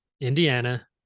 Indiana